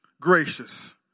gracious